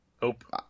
Hope